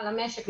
למשק,